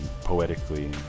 poetically